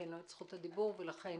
ניתן לו את זכות הדיבור, ולכן